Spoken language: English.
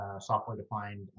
software-defined